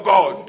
God